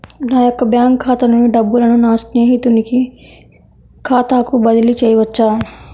నా యొక్క బ్యాంకు ఖాతా నుండి డబ్బులను నా స్నేహితుని ఖాతాకు బదిలీ చేయవచ్చా?